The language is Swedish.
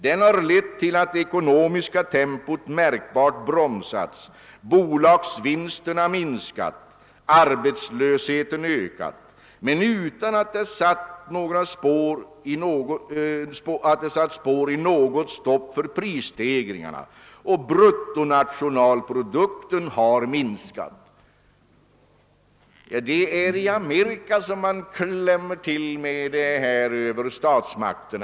Den har lett till att det ekonomiska tempot märkbart brom sats, bolagsvinsterna minskat, arbetslösheten ökat — men utan att det satt spår i något stopp för prisstegringarna. Bruttonationalprodukten har minskat.» Det är i Amerika som man klämmer till med denna kritik mot statsmakterna.